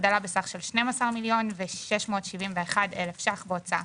הגדלה בסך של 12,671,000 ₪ בהוצאה.